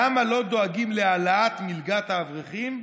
למה לא דואגים להעלאת מלגת האברכים?